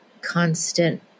constant